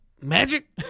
Magic